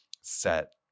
set